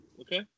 Okay